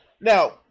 Now